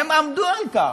הם עמדו על כך,